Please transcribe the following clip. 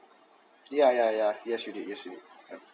yeah yeah yeah yeah yes you did yes you did